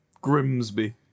Grimsby